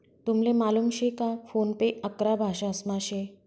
तुमले मालूम शे का फोन पे अकरा भाषांसमा शे